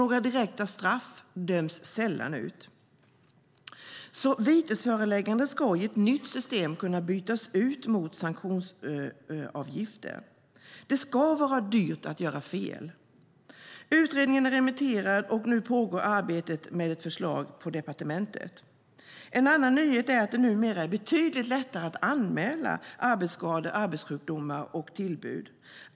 Några direkta straff döms sällan ut. Vitesförelägganden ska i ett nytt system kunna bytas ut mot sanktionsavgifter. Det ska vara dyrt att göra fel. Utredningen är remitterad, och nu pågår arbetet med ett förslag på departementet. En annan nyhet är att det numera är betydligt lättare att anmäla arbetsskador, arbetssjukdomar och tillbud.